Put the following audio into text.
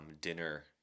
dinner